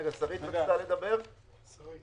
רגע, שרית